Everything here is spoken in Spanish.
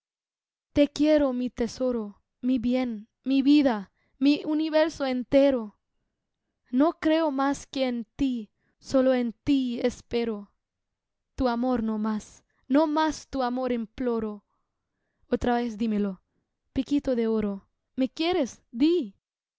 te quiero mi tesoro mi bien mi vida mi universo entero no creo más que en tí sólo en ti espero tu amor no más no más tu amor imploro otra vez dímelo piquito de oro míe quieres di